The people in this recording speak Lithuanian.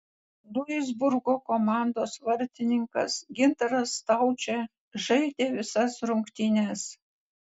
duisburgo komandos vartininkas gintaras staučė žaidė visas rungtynes